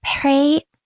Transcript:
pray